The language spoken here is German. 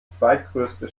zweitgrößte